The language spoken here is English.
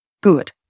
good